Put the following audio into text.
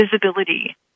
visibility